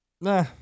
Nah